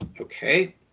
Okay